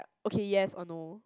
okay yes or no